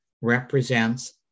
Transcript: represents